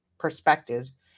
perspectives